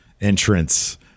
entrance